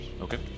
Okay